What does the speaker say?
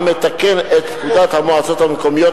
המתקן את פקודת המועצות המקומיות,